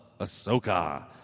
Ahsoka